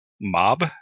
mob